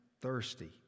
thirsty